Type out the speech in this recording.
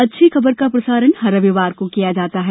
अच्छी खबर का प्रसारण हर रविवार को किया जाता है